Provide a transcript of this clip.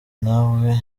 nawe